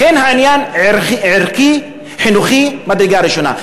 לכן, העניין ערכי-חינוכי ממדרגה ראשונה.